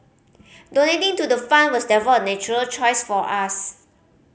donating to the fund was therefore a natural choice for us